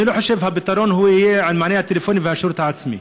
אני לא חושב שהפתרון יהיה המענה הטלפוני והשירות העצמי.